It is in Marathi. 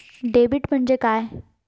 डेबिट म्हणजे काय?